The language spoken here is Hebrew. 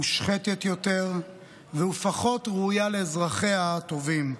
מושחתת יותר ופחות ראויה לאזרחיה הטובים.